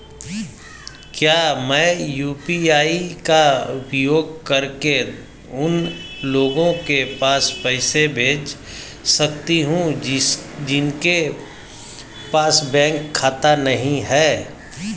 क्या मैं यू.पी.आई का उपयोग करके उन लोगों के पास पैसे भेज सकती हूँ जिनके पास बैंक खाता नहीं है?